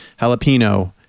Jalapeno